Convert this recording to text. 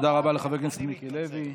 תודה רבה לחבר הכנסת מיקי לוי.